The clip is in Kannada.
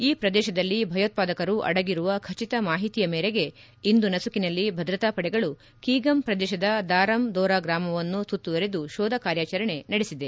ಈ ಪ್ರದೇಶದಲ್ಲಿ ಭಯೋತ್ಪಾದಕರು ಅಡಗಿರುವ ಖಚಿತ ಮಾಹಿತಿಯ ಮೇರೆಗೆ ಇಂದು ನಸುಕಿನಲ್ಲಿ ಭದ್ರತಾ ಪಡೆಗಳು ಕೀಗಮ್ ಪ್ರದೇಶದ ದಾರಮ್ ದೋರಾ ಗ್ರಾಮವನ್ನು ಸುತ್ತುವರೆದು ಶೋಧ ಕಾರ್ಯಾಚರಣೆ ನಡೆಸಿದೆ